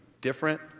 different